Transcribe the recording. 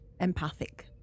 empathic